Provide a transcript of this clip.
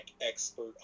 expert